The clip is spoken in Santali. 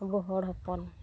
ᱟᱵᱚ ᱦᱚᱲ ᱦᱚᱯᱚᱱ